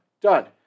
Done